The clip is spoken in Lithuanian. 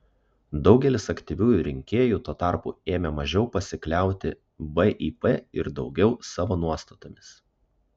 daugelis aktyviųjų rinkėjų tuo tarpu ėmė mažiau pasikliauti vip ir daugiau savo nuostatomis